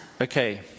Okay